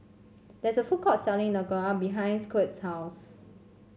there is a food court selling Dhokla behind Quint's house